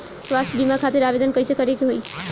स्वास्थ्य बीमा खातिर आवेदन कइसे करे के होई?